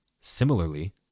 Similarly